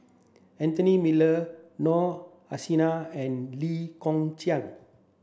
Anthony Miller Noor Aishah and Lee Kong Chian